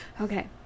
Okay